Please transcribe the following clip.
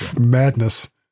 Madness